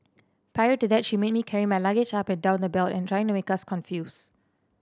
prior to that she made me carry my luggage up and down the belt and trying to make us confused